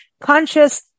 conscious